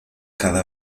cada